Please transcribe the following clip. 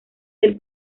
del